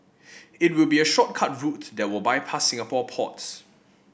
it will be a shortcut route that will bypass Singapore ports